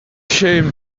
shame